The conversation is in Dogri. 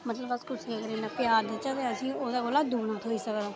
मतलब अस कुसै ई अगर इन्ना प्यार देचै ते असें ओह्दे कोला दूना थ्होई सकदा